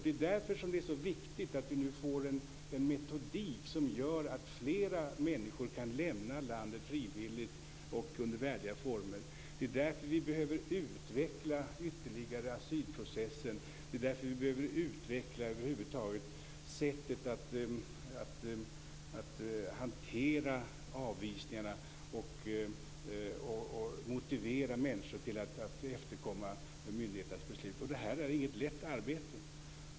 Det är därför som det är så viktigt att vi nu får en metodik som gör att flera människor kan lämna landet frivilligt och under värdiga former. Vi behöver ytterligare utveckla asylprocessen och över huvud taget sättet att hantera avvisningarna. Vi måste motivera människor att efterkomma myndigheternas beslut. Det här är inte något lätt arbete.